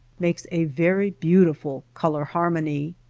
makes a very beautiful color harmony.